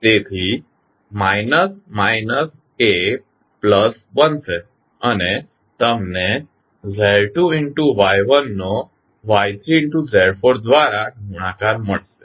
તેથી minus minus એ plus બનશે અને તમને Z2 Y1 નો Y3 Z4 દ્વારા ગુણાકાર મળશે